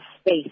space